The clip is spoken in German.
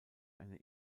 eine